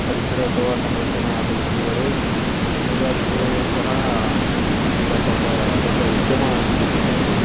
ಪರಿಸರ ಅಥವಾ ಸಂರಕ್ಷಣೆ ಆತಂಕಗಳು ಮೀನುಗಾರಿಕೆ ಸಹ ಈಗ ತುಂಬ ದೊಡ್ಡ ಉದ್ಯಮ ಆಗಿಬಿಟ್ಟಿದೆ ಅದು